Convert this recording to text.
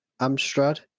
Amstrad